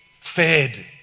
fed